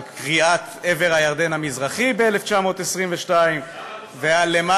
על קביעת עבר הירדן המזרחי ב-1922 ועל,